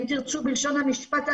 אם תרצו בלשון המשפט,